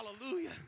hallelujah